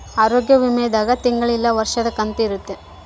ಆರೋಗ್ಯ ವಿಮೆ ದಾಗ ತಿಂಗಳ ಇಲ್ಲ ವರ್ಷದ ಕಂತು ಇರುತ್ತ